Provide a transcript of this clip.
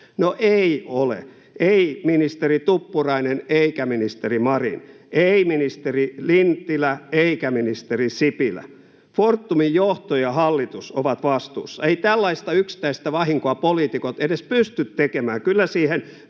No, ei ole. Ei ministeri Tuppurainen eikä ministeri Marin, ei ministeri Lintilä eikä ministeri Sipilä. Fortumin johto ja hallitus ovat vastuussa. Eivät tällaista yksittäistä vahinkoa poliitikot edes pysty tekemään,